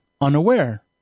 unaware